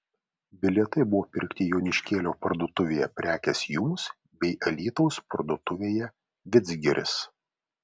bilietai buvo pirkti joniškėlio parduotuvėje prekės jums bei alytaus parduotuvėje vidzgiris